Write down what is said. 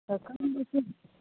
तऽ कम बेसी